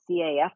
CAF